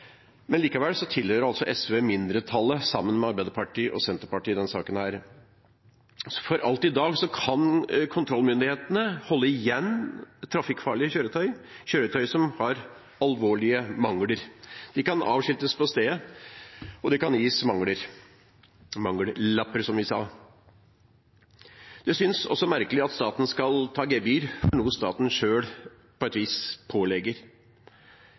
Likevel tilhører altså SV mindretallet, sammen med Arbeiderpartiet og Senterpartiet, i denne saken. Alt i dag kan kontrollmyndighetene holde igjen trafikkfarlige kjøretøy, kjøretøy som har alvorlige mangler. De kan avskiltes på stedet, og det kan gis mangler – mangellapper, som vi sa. Det synes også merkelig at staten skal ta gebyr for noe staten selv på et vis pålegger,